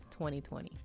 2020